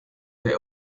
they